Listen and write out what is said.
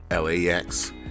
lax